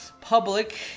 public